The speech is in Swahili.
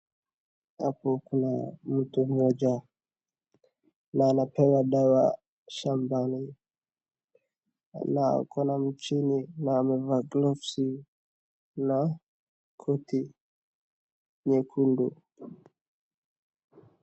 Hapo kuna mtu mmoja na anapewa dawa shambani. Na akomashine na na amevaa gloves na koti nyekundu.